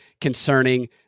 concerning